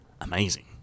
amazing